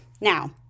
Now